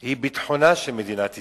היא ביטחונה של מדינת ישראל,